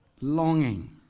longing